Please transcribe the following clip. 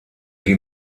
die